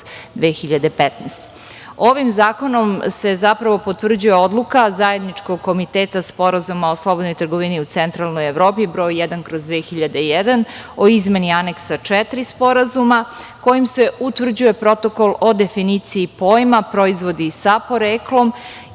3/2015.Ovim zakonom se zapravo potvrđuje odluka Zajedničkog komiteta Sporazuma o slobodnoj trgovini u Centralnoj Evropi br. 1/2001, o izmeni Aneksa 4 Sporazuma, kojim se utvrđuje Protokol o definiciji pojma "proizvodi sa poreklom"